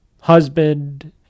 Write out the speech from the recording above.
husband